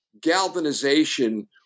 galvanization